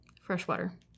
Freshwater